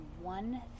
one